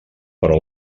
però